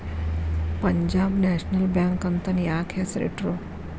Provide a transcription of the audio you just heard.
Punjab national bank ಅಂತನ ಯಾಕ್ ಹೆಸ್ರಿಟ್ರು?